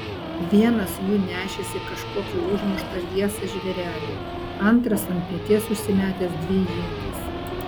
vienas jų nešėsi kažkokį užmuštą liesą žvėrelį antras ant peties užsimetęs dvi ietis